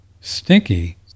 stinky